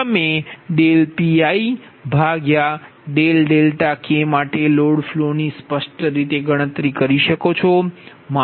તમે Pik માટે load ફ્લોની સ્પષ્ટ રીતે ગણતરી કરી શકો છો